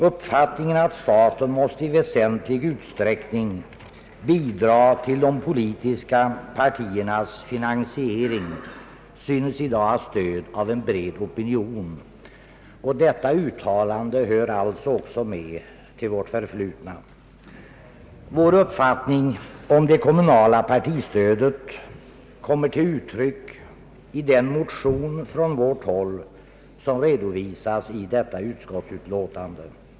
Uppfattningen att staten måste i väsentlig utsträckning bidra till de politiska partiernas finansiering synes i dag ha stöd av en bred opinion.» Detta uttalande hör också med till vårt förflutna. Vår uppfattning om det kommunala partistödet kommer till uttryck i den motion från vårt håll som redovisas i detta utskottsutlåtande.